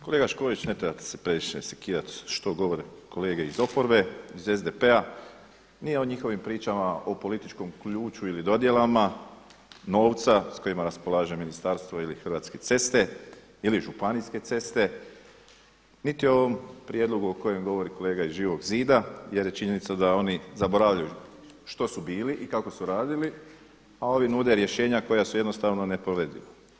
Kolega Škorić, ne trebate se previše sekirati što govore kolege iz oporbe, iz SDP-a ni o njihovim pričama o političkom ključu ili dodjelama novca s kojima raspolaže ministarstvo ili Hrvatske ceste, niti o ovom prijedlogu o kojem govori kolega iz Živog zida jer je činjenica da oni zaboravljaju što su bili i kako su radili a ovi nude rješenja koja su jednostavno neprovediva.